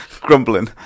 grumbling